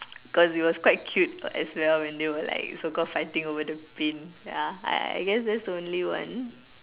cos it was quite cute as well when they were like so called fighting over the paint ya I I guess that was the only one